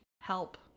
help